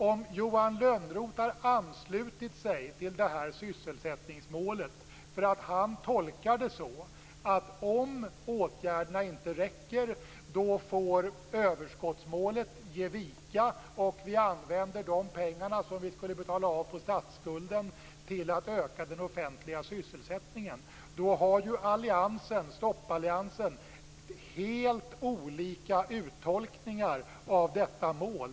Om Johan Lönnroth har anslutit sig till det här sysselsättningsmålet därför att han tolkar det så, att om åtgärderna inte räcker får överskottsmålet ge vika och vi använder de pengar som vi skulle betala av statsskulden med till att öka den offentliga sysselsättningen har ju stoppalliansen helt olika uttolkningar av detta mål.